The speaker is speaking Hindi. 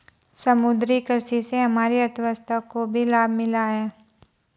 समुद्री कृषि से हमारी अर्थव्यवस्था को भी लाभ मिला है